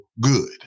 good